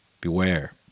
Beware